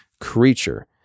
creature